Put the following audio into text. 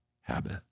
habit